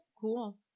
cool